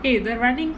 eh the running